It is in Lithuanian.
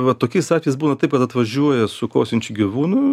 va tokiais atvejais būna taip kad atvažiuoja su kosinčiu gyvūnu